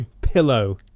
pillow